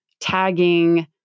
tagging